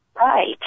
right